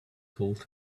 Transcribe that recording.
told